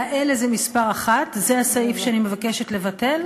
וה"אלה" זה פסקה (1) זה הסעיף שאני מבקשת לבטל: